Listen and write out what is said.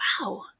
wow